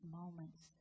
moments